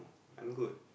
I'm good